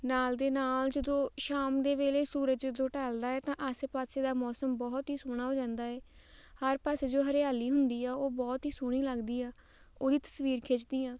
ਨਾਲ ਦੇ ਨਾਲ ਜਦੋਂ ਸ਼ਾਮ ਦੇ ਵੇਲੇ ਸੂਰਜ ਜਦੋਂ ਢਲਦਾ ਹੈ ਤਾਂ ਆਸੇ ਪਾਸੇ ਦਾ ਮੌਸਮ ਬਹੁਤ ਹੀ ਸੋਹਣਾ ਹੋ ਜਾਂਦਾ ਹੈ ਹਰ ਪਾਸੇ ਜੋ ਹਰਿਆਲੀ ਹੁੰਦੀ ਆ ਉਹ ਬਹੁਤ ਹੀ ਸੋਹਣੀ ਲੱਗਦੀ ਆ ਉਹਦੀ ਤਸਵੀਰ ਖਿੱਚਦੀ ਹਾਂ